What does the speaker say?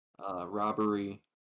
robbery